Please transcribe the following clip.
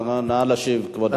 נא להשיב, כבוד השר.